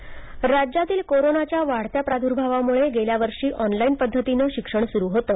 online शिक्षण पणे राज्यातील कोरोनाच्या वाढत्या प्रादुर्भावामुळे गेल्यावर्षी ऑनलाइन पद्धतीनं शिक्षण सुरू होतं